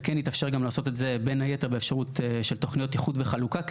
וכן יתאפשר גם לעשות את זה בין היתר באפשרות של תוכניות איחוד וחלוקה,